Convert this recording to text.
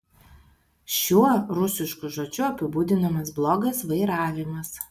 šiuo rusišku žodžiu apibūdinamas blogas vairavimas